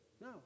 No